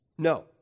No